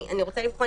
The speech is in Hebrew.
אני רוצה לבחון,